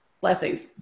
Blessings